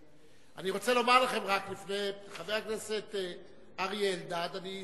אני רק רוצה לומר לכם שלפני שחבר הכנסת אריה אלדד עלה,